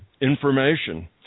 information